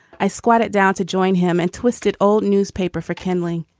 i squatted down to join him and twisted old newspaper for kindling.